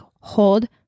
hold